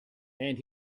and